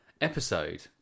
episode